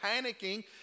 panicking